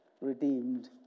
redeemed